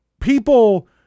people